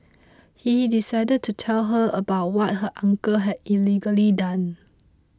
he decided to tell her about what her uncle had allegedly done